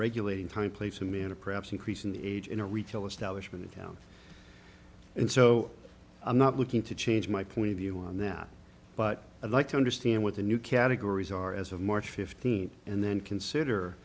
regulating time place and manner perhaps increasing the age in a retail establishment in town and so i'm not looking to change my point of view on that but i'd like to understand what the new categories are as of march fifteenth and then consider